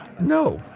No